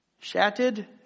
shattered